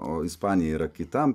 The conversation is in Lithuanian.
o ispanija yra kitam